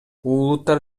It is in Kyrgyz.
улуттар